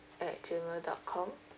at G mail dot com